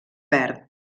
perd